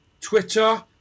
Twitter